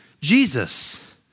Jesus